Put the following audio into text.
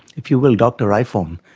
if you will, dr iphone.